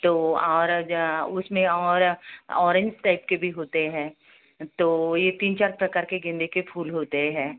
तो और उसमें और ऑरेंज टाइप के भी होते हैं तो यह तीन चार प्रकार के गेंदे के फूल होते हैं